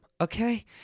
okay